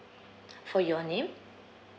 for your name